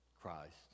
Christ